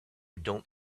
don’t